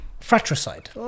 Fratricide